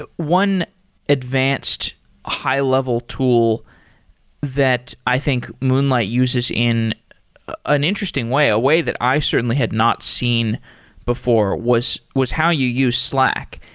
ah one advanced high-level tool that i think moonlight uses in an interesting way, a way that i certainly had not seen before was was how you use slack.